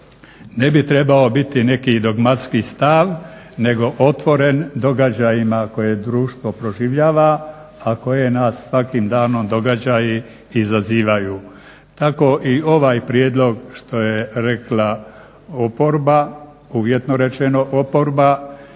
ne bi trebao biti neki i dogmatski stav nego otvoren događajima koje društvo proživljava, a koje nas svakim danom događaji izazivaju. Tako i ovaj prijedlog što je rekla oporba, uvjetno rečeno oporba